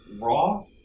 Raw